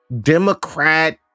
Democrat